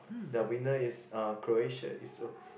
the winner is uh Croatia is